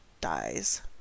dies